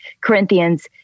Corinthians